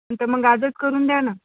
तर मग आजच करून द्या ना